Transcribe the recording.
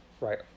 right